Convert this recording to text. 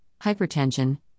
hypertension